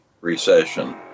recession